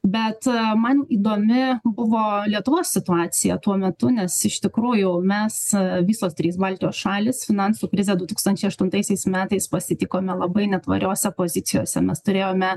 bet man įdomi buvo lietuvos situacija tuo metu nes iš tikrųjų mes visos trys baltijos šalys finansų krizę du tūkstančiai aštuntaisiais metais pasitikome labai netvariose pozicijose mes turėjome